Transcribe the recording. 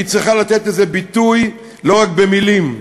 והיא צריכה לתת לזה ביטוי לא רק במילים.